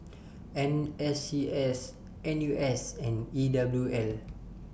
N S C S N U S and E W L